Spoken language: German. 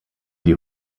die